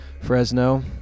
Fresno